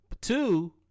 two